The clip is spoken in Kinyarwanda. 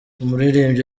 umuririmbyi